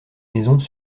maisons